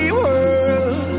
world